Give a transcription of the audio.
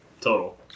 total